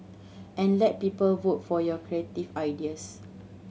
and let people vote for your creative ideas